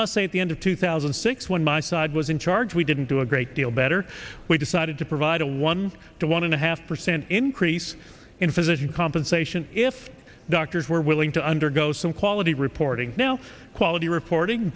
must say at the end of two thousand and six when my side was in charge we didn't do a great deal better we decided to provide a one to one and a half percent increase in physician compensation if doctors were willing to undergo some quality reporting now quality reporting